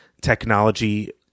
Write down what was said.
technology